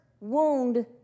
wound